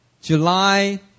July